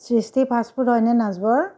সৃষ্টি fast food হয়নে নাচবৰৰ